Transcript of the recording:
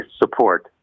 support